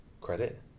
credit